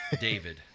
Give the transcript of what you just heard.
David